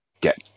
get